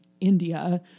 India